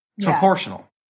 Proportional